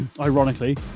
Ironically